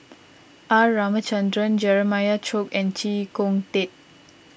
R Ramachandran Jeremiah Choy and Chee Kong Tet